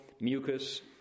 mucus